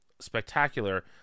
spectacular